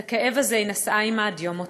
את הכאב הזה נשאה עמה עד יום מותה".